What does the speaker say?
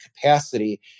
capacity